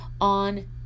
on